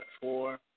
four